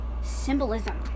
symbolism